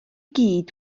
gyd